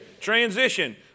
Transition